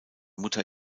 mutter